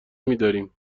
میداریم